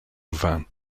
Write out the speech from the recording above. van